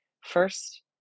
First